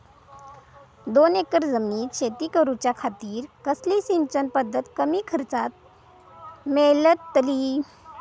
दोन एकर जमिनीत शेती करूच्या खातीर कसली सिंचन पध्दत कमी खर्चात मेलतली?